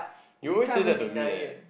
you always say that to me eh